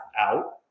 out